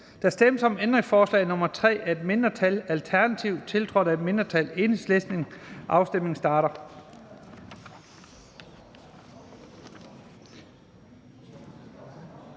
Der stemmes om ændringsforslag nr. 11 af et mindretal (DF), tiltrådt af et mindretal (KF). Afstemningen starter.